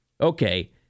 Okay